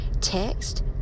text